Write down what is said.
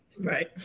Right